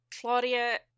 Claudia